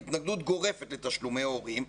היא התנגדות גורפת לתשלומי הורים.